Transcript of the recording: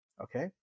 okay